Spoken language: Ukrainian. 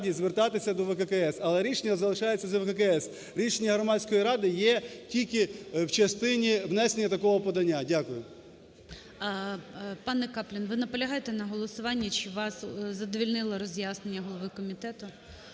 Пане Каплін, ви наполягаєте на голосуванні, чи вас задовольнило роз'яснення голови комітету?